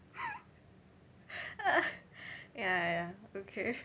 ya ya okay